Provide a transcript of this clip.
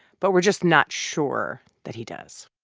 but we're just not sure that he does.